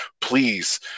please